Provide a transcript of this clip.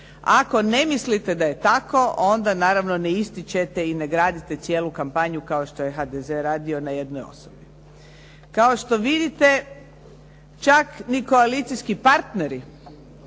Ako ne mislite da je tako, onda naravno ne ističete i ne gradite cijelu kampanju kao što je HDZ radio na jednoj osobi. Kao što vidite čak ni koalicijski partneri